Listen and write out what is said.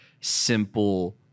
simple